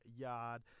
Yard